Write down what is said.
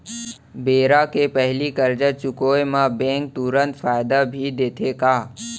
बेरा के पहिली करजा चुकोय म बैंक तुरंत फायदा भी देथे का?